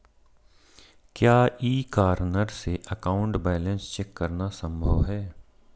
क्या e corner से account balance check करना संभव है?